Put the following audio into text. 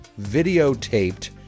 videotaped